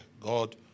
God